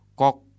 kok